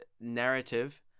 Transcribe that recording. narrative